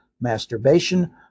masturbation